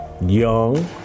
Young